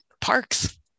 parks